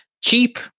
cheap